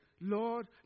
Lord